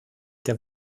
der